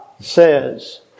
says